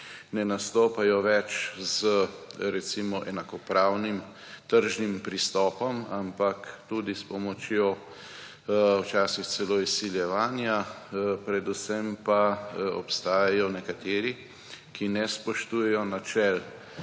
ne nastopajo več z recimo enakopravnim tržnim pristopom, ampak tudi s pomočjo včasih celo izsiljevanja. Predvsem pa obstajajo nekateri, ki ne spoštujejo načel,